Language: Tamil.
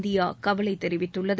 இந்தியா கவலை தெரிவித்துள்ளது